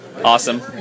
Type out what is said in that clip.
Awesome